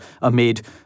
amid